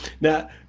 Now